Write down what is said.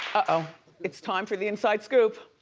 ah it's time for the inside scoop.